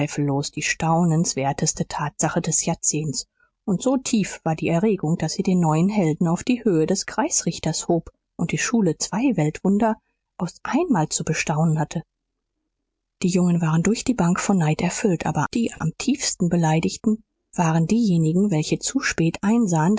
zweifellos die staunenswerteste tatsache des jahrzehnts und so tief war die erregung daß sie den neuen helden auf die höhe des kreisrichters hob und die schule zwei weltwunder aus einmal zu bestaunen hatte die jungen waren durch die bank von neid erfüllt aber die am tiefsten beleidigten waren diejenigen welche zu spät einsahen